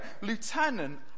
lieutenant